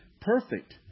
perfect